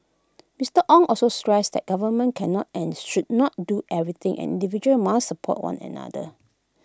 Mister Ong also stressed that government cannot and should not do everything and individuals must support one another